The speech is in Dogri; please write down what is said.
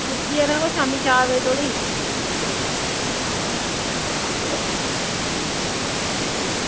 पुज्जी जाना कोई शामीं चार बजे धोड़ी